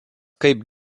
kaip